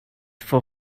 for